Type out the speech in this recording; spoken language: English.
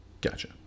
Gotcha